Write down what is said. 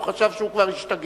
הוא חשב שהוא כבר השתגע.